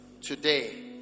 Today